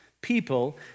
people